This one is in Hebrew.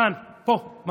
כאן, פה ממש,